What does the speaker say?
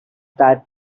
that